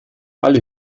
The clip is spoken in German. alle